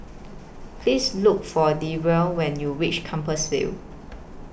Please Look For Denver when YOU REACH Compassvale